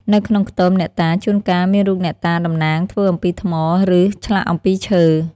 នៅក្នុងខ្ទម អ្នកតា ជួនកាលមានរូបអ្នកតាតំណាងធ្វើអំពីថ្ម ឬធ្លាក់អំពីឈើ។